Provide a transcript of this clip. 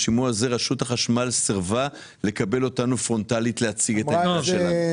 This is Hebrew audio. בשימוע הזה רשות החשמל סירבה לקבל אותנו פרונטלית ולהציג את העמדה שלנו.